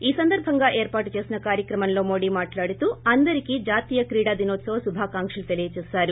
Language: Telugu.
ఈ సందర్భంగా ఏర్పాటు చేసిన కార్యక్రమంలో మోదీ మాట్లాడుతూ అందరికి జాతీయ క్రీడా దినోత్సవ శుభాకాంకులను తెలియజేసారు